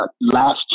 last